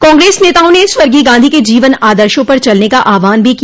कांग्रेस नेताओं ने स्वर्गीय गांधी के जीवन आदर्शो पर चलने का आहवान भी किया